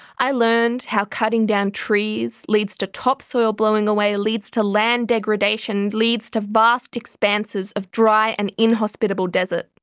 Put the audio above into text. i learned how cutting down trees leads to topsoil blowing away, leads to land degradation, leads to vast expanses of dry and inhospitable desert.